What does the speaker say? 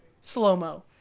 Slow-mo